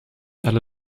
alle